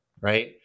right